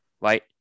right